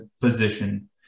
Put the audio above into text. position